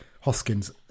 Hoskins